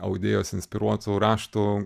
audėjos inspiruotų raštų